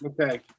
okay